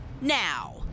now